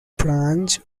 branch